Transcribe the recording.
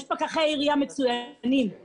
יש פקחי עירייה מצוינים, מעולים,